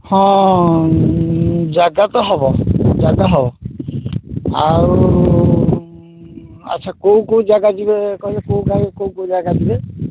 ହଁ ଜାଗା ତ ହେବ ଜାଗା ହେବ ଆଉ ଆଚ୍ଛା କେଉଁ କେଉଁ ଜାଗା ଯିବେ କହିଲେ କେଉଁ କେଉଁ ଜାଗା ଯିବେ